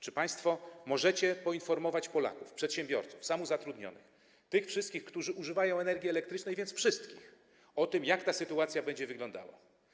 Czy państwo możecie poinformować Polaków, przedsiębiorców, samozatrudnionych, tych wszystkich, którzy używają energii elektrycznej, a więc wszystkich, o tym, jak ta sytuacja będzie wyglądała?